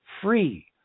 free